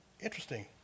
Interesting